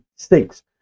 Six